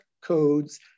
codes